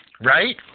Right